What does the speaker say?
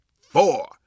four